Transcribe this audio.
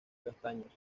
castaños